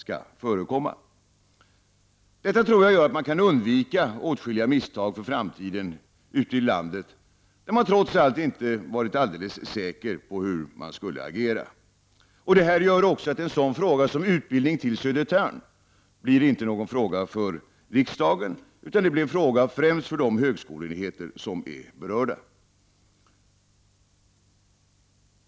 Jag tror att detta gör att man ute i landet kan undvika åtskilliga misstag inför framtiden. Tidigare har man inte varit alldeles säker på hur man skulle agera. En sådan fråga som att förlägga en utbildning till Södertörn blir inte någon fråga för riksdagen, utan det blir främst en fråga för de högskoleenheter som blir berörda.